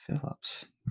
Phillips